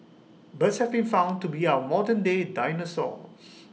birds have been found to be our modernday dinosaurs